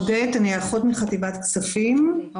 אני אחות מחטיבת כספים,